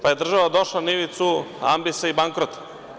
Pa, je država došla na ivicu ambisa i bankrota.